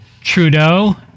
Trudeau